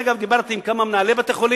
דרך אגב, דיברתי עם כמה מנהלי בתי-חולים,